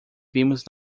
vimos